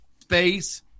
space